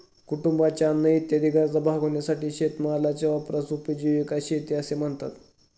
कुटुंबाच्या अन्न इत्यादी गरजा भागविण्यासाठी शेतीमालाच्या वापरास उपजीविका शेती असे म्हणतात